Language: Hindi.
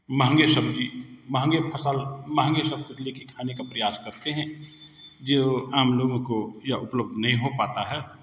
महँगे सब्ज़ी महँगे फ़सल महँगे सब कुछ लेके खाने का प्रयास करते हैं जो हम लोगों को यह उपलब्ध नहीं हो पाता है